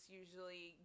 usually